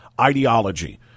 ideology